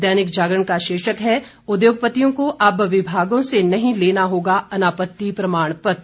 दैनिक जागरण का शीर्षक है उद्योगपतियों को अब विभागों ने नहीं लेना होगा अनापति प्रमाणपत्र